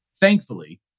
Thankfully